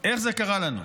איך זה קרה לנו?